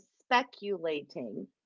speculating